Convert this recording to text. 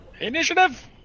initiative